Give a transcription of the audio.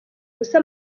ubusa